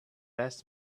best